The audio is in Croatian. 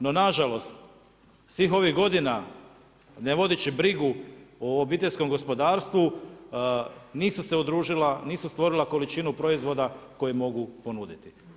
No, na žalost svih ovih godina ne vodeći brigu o obiteljskom gospodarstvu nisu se udružila, nisu stvorila količinu proizvoda koje mogu ponuditi.